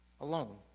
alone